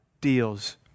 deals